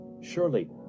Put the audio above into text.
surely